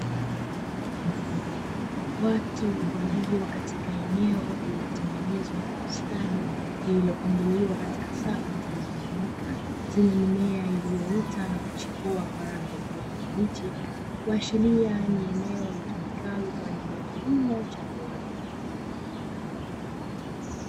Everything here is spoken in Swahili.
Watu walio katika eneo lililotengenezwa kwa ustadi lililipongaliwa katika safu zilizonyooka zenye mimea iliyoota na kuchipua kwa rangi ya kijani kibichi, kuashiria ni eneo litumikalo kwa ajili ya kilimo cha viwanda.